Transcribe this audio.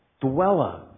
Dweller